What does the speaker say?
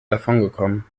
davongekommen